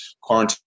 quarantine